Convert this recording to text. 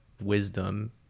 wisdom